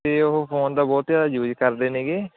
ਅਤੇ ਉਹ ਫੋਨ ਦਾ ਬਹੁਤ ਜ਼ਿਆਦਾ ਯੂਜ ਕਰਦੇ ਨੇਗੇ